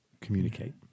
communicate